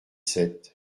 sept